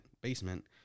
Basement